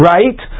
Right